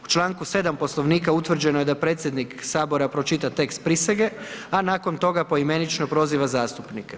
U članku 7. Poslovnika utvrđeno je da predsjednik Sabora pročita tekst prisege, a nakon toga poimenično poziva zastupnike.